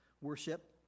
worship